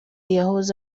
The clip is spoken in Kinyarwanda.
yahoze